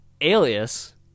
Alias